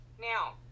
now